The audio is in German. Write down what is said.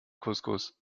couscous